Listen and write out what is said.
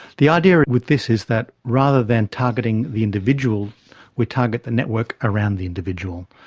the idea with this is that rather than targeting the individual we target the network around the individual.